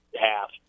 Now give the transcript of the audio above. half